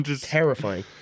Terrifying